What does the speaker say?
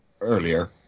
earlier